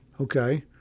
Okay